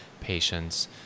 patients